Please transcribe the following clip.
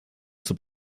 zur